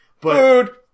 Food